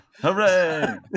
Hooray